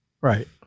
Right